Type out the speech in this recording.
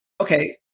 okay